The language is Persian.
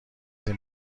این